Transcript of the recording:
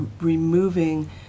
removing